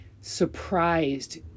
surprised